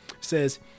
Says